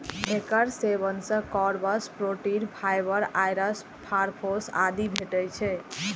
एकर सेवन सं carbs, protein, fibre, आयरस, फास्फोरस आदि भेटै छै